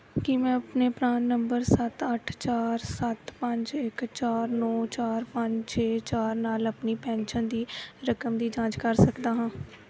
ਕੀ ਮੈਂ ਆਪਣੇ PRAN number ਸੱਤ ਅੱਠ ਚਾਰ ਸੱਤ ਪੰਜ ਇੱਕ ਚਾਰ ਨੌਂ ਚਾਰ ਪੰਜ ਛੇ ਚਾਰ ਨਾਲ ਆਪਣੀ ਪੈਨਸ਼ਨ ਦੀ ਰਕਮ ਦੀ ਜਾਂਚ ਕਰ ਸਕਦਾ ਹਾਂ